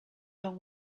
long